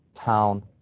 town